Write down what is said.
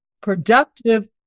productive